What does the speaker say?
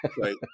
Right